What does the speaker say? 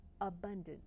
abundant